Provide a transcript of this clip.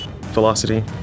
Velocity